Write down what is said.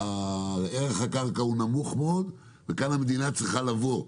ערך הקרקע הוא נמוך מאוד, וכאן המדינה צריכה לבוא.